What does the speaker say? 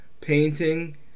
painting